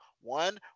One